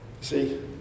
See